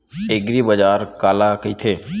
एग्रीबाजार काला कइथे?